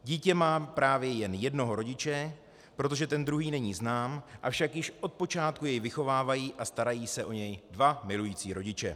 Dítě má právě jen jednoho rodiče, protože ten druhý není znám, avšak již od počátku jej vychovávají a starají se o ně dva milující rodiče.